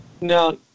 Now